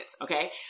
Okay